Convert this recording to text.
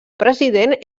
president